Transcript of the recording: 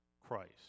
Christ